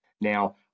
now